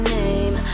name